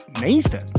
Nathan